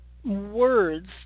words